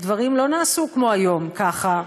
דברים לא נעשו כמו היום ככה.